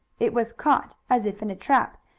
it was caught, as if in a trap,